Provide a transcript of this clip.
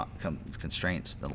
constraints